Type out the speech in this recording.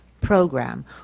program